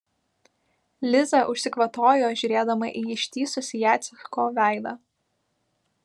liza užsikvatojo žiūrėdama į ištįsusį jaceko veidą